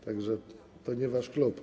Tak że to nie wasz klub.